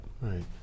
Right